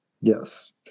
Yes